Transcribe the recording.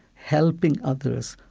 helping others,